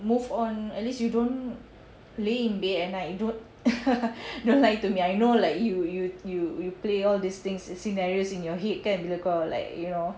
move on at least you don't lay in bed at night you don't don't lie to me I know like you you you you play all these things scenarios in your head kan bila kau like you know